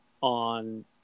on